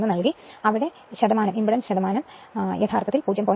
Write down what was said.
1 നൽകിയിരിക്കുന്നു അതായത് ഇംപെഡൻസ് യഥാർത്ഥത്തിൽ 0